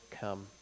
come